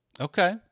Okay